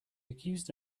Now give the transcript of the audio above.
accused